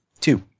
Two